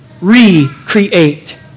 recreate